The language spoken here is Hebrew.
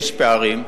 יש פערים,